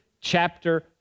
chapter